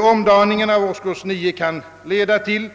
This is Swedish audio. Omdaningen av årskurs 9 kan leda till